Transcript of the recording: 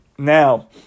Now